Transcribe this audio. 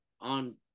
on